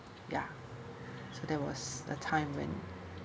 yeah so there was a time when